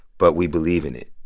but we believe in it.